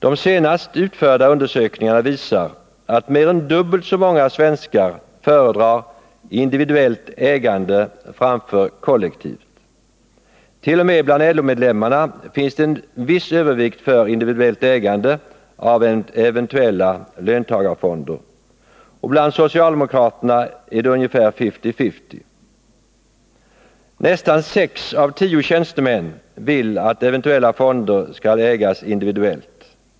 De senast utförda undersökningarna visar att mer än dubbelt så många svenskar föredrar individuellt ägande framför kollektivt. T. o. m. bland LO-medlemmarna finns det en viss övervikt för individuellt ägande av eventuella löntagarfonder, och bland socialdemokraterna är det ungefär fifty-fifty. Nästan sex av tio tjänstemän vill att eventuella fonder skall ägas individuellt.